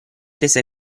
rese